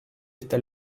esta